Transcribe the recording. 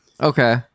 Okay